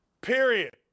period